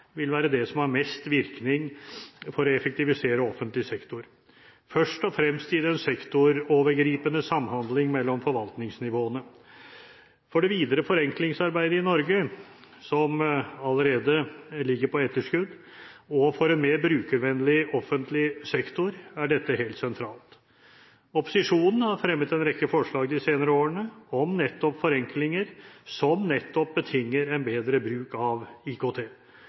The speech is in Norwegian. vil være det som har mest virkning for å effektivisere offentlig sektor, først og fremst i den sektorovergripende samhandling mellom forvaltningsnivåene. For det videre forenklingsarbeidet i Norge – som allerede ligger på etterskudd – og for en mer brukervennlig offentlig sektor er dette helt sentralt. Opposisjonen har fremmet en rekke forslag de senere årene om forenklinger som nettopp betinger en bedre bruk av IKT.